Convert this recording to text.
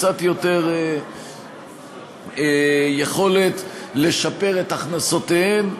קצת יותר יכולת לשפר את הכנסותיהן.